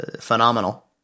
phenomenal